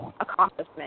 accomplishment